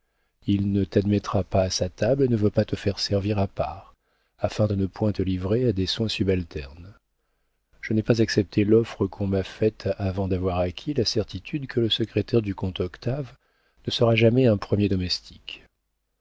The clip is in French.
il ne t'admettra pas à sa table et ne veut pas te faire servir à part afin de ne point te livrer à des soins subalternes je n'ai pas accepté l'offre qu'on m'a faite avant d'avoir acquis la certitude que le secrétaire du comte octave ne sera jamais un premier domestique